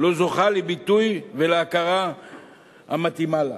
לא זוכה לביטוי ולהכרה המתאימה לה.